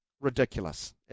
ridiculous